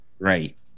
Right